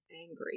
angry